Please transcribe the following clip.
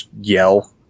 yell